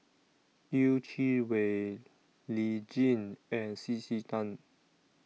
Yeh Chi Wei Lee Tjin and C C Tan